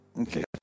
Okay